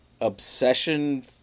obsession